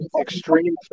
extreme